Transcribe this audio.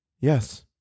Yes